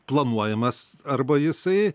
planuojamas arba jisai